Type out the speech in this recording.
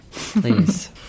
Please